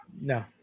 No